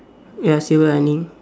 ya silver lining